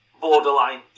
borderline